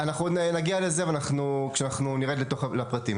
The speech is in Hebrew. אנחנו עוד נגיע לזה כשנרד לתוך הפרטים.